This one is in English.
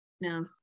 No